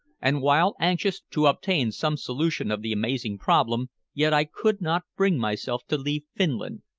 and while anxious to obtain some solution of the amazing problem, yet i could not bring myself to leave finland,